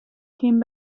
came